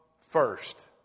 first